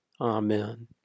Amen